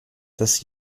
dass